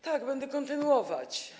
Tak, będę kontynuować.